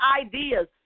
ideas